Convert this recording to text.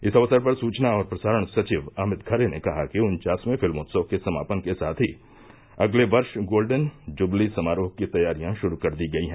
इस अवसर पर सुचना और प्रसारण सचिव अमित खरे ने कहा कि उनन्वासवें फिल्मोत्सव के समापन के साथ ही अगले वर्ष गोल्डेन जुबली समारोह की तैयारियां शुरू कर दी गई है